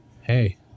hey